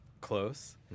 close